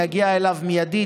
יגיע אליו מיידית,